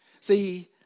See